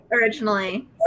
originally